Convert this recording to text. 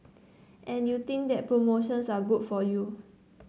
and you think that promotions are good for you